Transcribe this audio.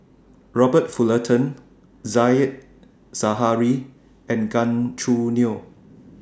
Robert Fullerton Said Zahari and Gan Choo Neo